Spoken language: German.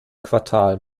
quartal